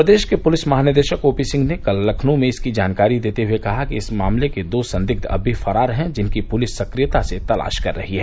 प्रदेश के पुलिस महानिदेशक ओपी सिंह ने कल लखनऊ में इसकी जानकारी देते हुए कहा कि इस मामले के दो संदिग्ध अब भी फ़रार हैं जिनकी पुलिस सक्रियता से तलाश कर रही है